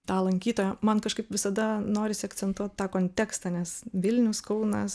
tą lankytoją man kažkaip visada norisi akcentuot tą kontekstą nes vilnius kaunas